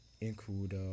include